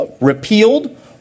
repealed